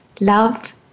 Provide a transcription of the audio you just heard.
love